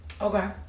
Okay